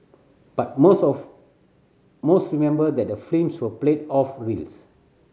but most of most remember that the films were played off reels